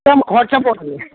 কেমন খরচা পড়বে